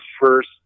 first